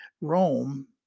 Rome